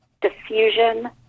diffusion